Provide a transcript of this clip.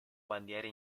bandiere